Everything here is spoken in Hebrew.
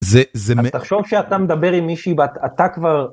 זה זה תחשוב שאתה מדבר עם מישהי ואתה כבר.